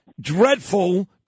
dreadful